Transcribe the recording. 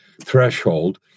threshold